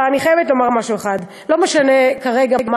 אבל אני חייבת לומר משהו אחד.